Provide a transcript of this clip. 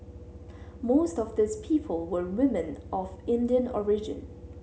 most of these people were women of Indian origin